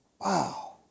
Wow